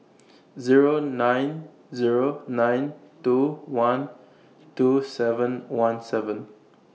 Zero nine Zero nine two one two seven one seven